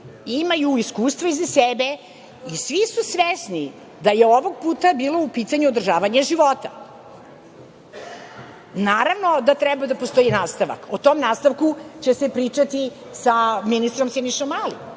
imaju iskustvo iza sebe i svi su svesni da je ovog puta bilo u pitanju održavanje života. Naravno da treba da postoji nastavak, o tom nastavku će se pričati sa ministrom Sinišom Malim,